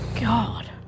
God